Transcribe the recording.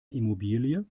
immobilie